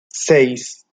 seis